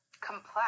complex